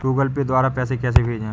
Google Pay द्वारा पैसे कैसे भेजें?